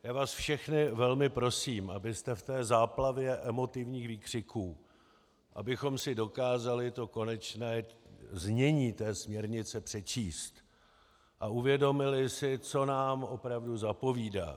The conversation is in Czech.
Já vás všechny velmi prosím, abyste v té záplavě emotivních výkřiků, abychom si dokázali to konečné znění té směrnice přečíst a uvědomili si, co nám opravdu zapovídá.